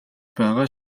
байгаа